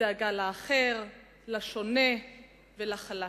לדאגה לאחר, לשונה ולחלש.